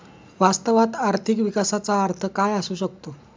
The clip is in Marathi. वास्तवात आर्थिक विकासाचा अर्थ काय असू शकतो?